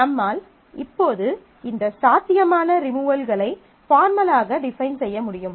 நம்மால் இப்போது இந்த சாத்தியமான ரிமூவல்களை பார்மலாக டிஃபைன் செய்ய முடியும்